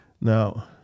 Now